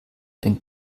den